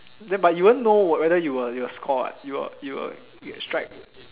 then but you wouldn't know whether you were you will score what you will you will strike